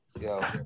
Yo